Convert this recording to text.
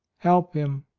help him,